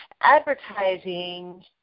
advertising